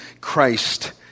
Christ